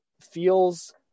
feels